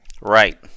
right